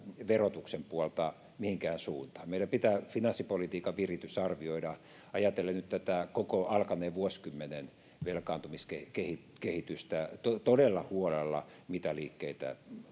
verotuksen puolta mihinkään suuntaan meidän pitää arvioida finanssipolitiikan viritys ajatellen nyt tätä koko alkaneen vuosikymmenen velkaantumiskehitystä todella huolella mitä liikkeitä